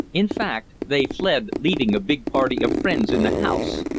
in fact, they fled leaving a big party of friends in the house.